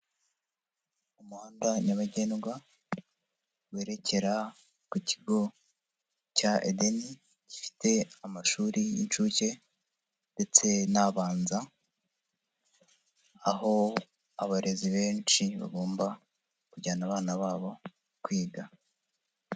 Umuhanda nyabagendwa, werekera ku kigo cya Edeni gifite amashuri y'incuke, ndetse n'abanza, aho abarezi benshi bagomba kujyana abana babo kwiga.